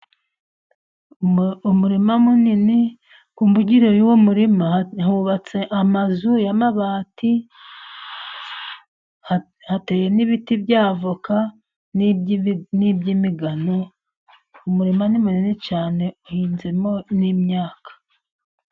Umurima munini, ku mbugiro z'uwo murima hubatse amazu y'amabati, hateye n'ibiti bya avoka n'iby'imigano. Umurima ni munini cyane uhinzemo n'imyaka.